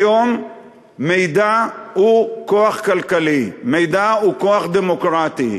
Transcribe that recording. היום מידע הוא כוח כלכלי, מידע הוא כוח דמוקרטי.